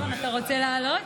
סימון, אתה רוצה לעלות?